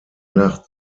nacht